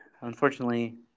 unfortunately